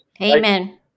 Amen